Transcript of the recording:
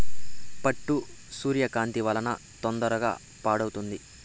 పట్టు సూర్యకాంతి వలన తొందరగా పాడవుతుంది